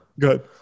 good